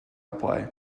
play